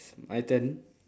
my turn